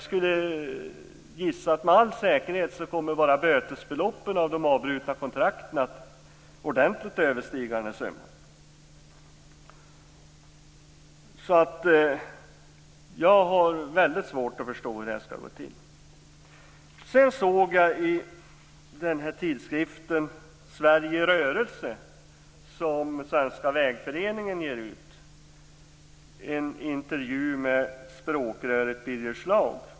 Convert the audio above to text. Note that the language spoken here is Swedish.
Med all säkerhet kommer enbart bötesbeloppen för de avbrutna kontrakten att ordentligt överstiga den summan. Jag har väldigt svårt att förstå hur det skall gå till. Jag såg en intervju med språkröret Birger Schlaug i tidskriften Sverige i rörelse som Svenska vägföreningen ger ut.